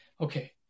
okay